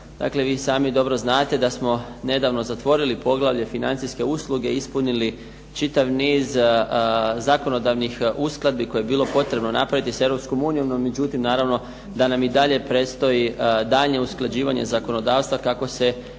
Dakle, vi sami dobro znate da smo nedavno zatvorili poglavlje financijske usluge i ispunili čitav niz zakonodavnih uskladbi koje je bilo potrebno napraviti s Europskom unijom, međutim, naravno da nam i dalje predstoji daljnje usklađivanje zakonodavstva kako se